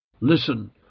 Listen